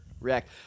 react